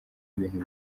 ibintu